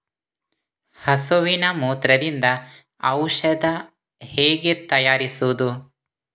ಹಸುವಿನ ಮೂತ್ರದಿಂದ ಔಷಧ ಹೇಗೆ ತಯಾರಿಸುವುದು?